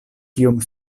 kiom